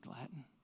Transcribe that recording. Latin